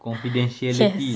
confidentiality